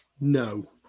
No